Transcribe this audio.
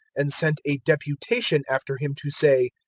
and sent a deputation after him to say,